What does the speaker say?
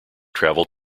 travel